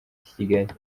kigali